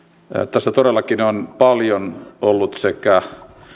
tästä todellakin on paljon ollut sekä